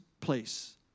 place